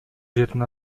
жердин